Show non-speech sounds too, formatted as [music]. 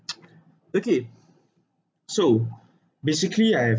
[noise] okay so basically I